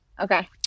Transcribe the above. Okay